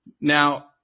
Now